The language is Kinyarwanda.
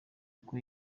uko